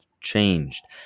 changed